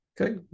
Okay